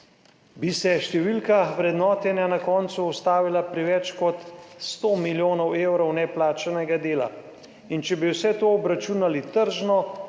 bi se številka vrednotenja na koncu ustavila pri več kot 100 milijonov evrov neplačanega dela in če bi vse to obračunali tržno